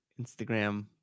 Instagram